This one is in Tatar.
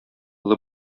олы